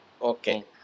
Okay